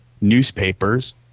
newspapers